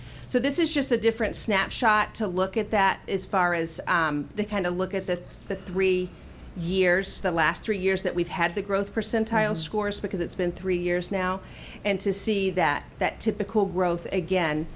so this is just a different snapshot to look at that is far as the kind of look at the the three years the last three years that we've had the growth percentile scores because it's been three years now and to see that that typical growth again